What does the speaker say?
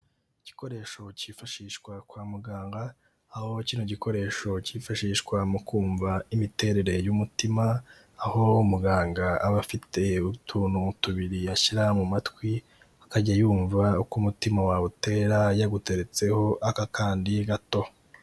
Igikoresho cyifashishwa kwa muganga, aho kino gikoresho cyifashishwa mu kumva imiterere y'umutima, aho muganga aba afite utuntu tubiri yashyira mu matwi, akajya yumva uko umutima wawe utera, yaguteretseho aka kandi gato.